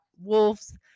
wolves